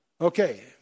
Okay